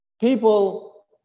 people